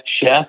chef